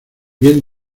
bien